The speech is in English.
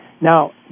Now